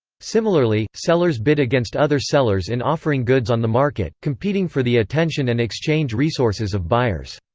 similarly, sellers bid against other sellers in offering goods on the market, competing for the attention and exchange resources of buyers.